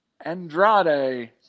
Andrade